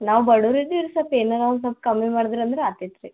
ನಾವು ಬಡವ್ರು ಇದ್ದೀವಿ ಸೊಲ್ಪ ಏನಾದ್ರು ಒಂದು ಸೊಲ್ಪ ಕಮ್ಮಿ ಮಾಡಿದ್ರಂದ್ರೆ ಆಗ್ತಿತ್ ರೀ